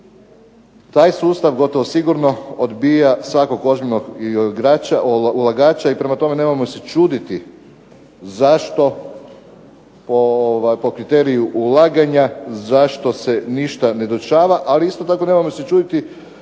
Taj sustav gotovo sigurno odbija svakog ozbiljnog igrača ulagača i prema tome nemojmo se čuditi zašto po kriteriju ulaganja zašto se ništa ne dešava. Ali isto tako nemojmo se čuditi